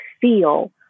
feel